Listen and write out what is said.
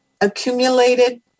accumulated